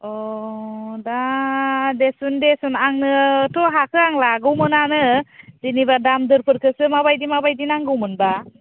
अ दा दे सुन दे सुन आङोथ' आङो हाखौ लागौमोनआनो जेनिबा दाम दरफोरखौसो माबायदि माबायदि नांगौमोनबा